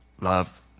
love